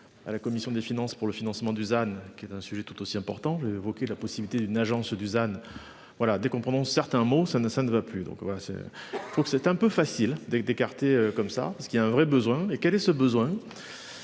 À la commission des finances pour le financement Dusan qui est un sujet tout aussi important, évoqué la possibilité d'une agence Dusan voilà dès qu'on prononce certains mots ça ne, ça ne va plus, donc voilà c'est. Donc c'est un peu facile d'écarter comme ça parce qu'il y a un vrai besoin. Et quel est ce besoin.